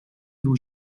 był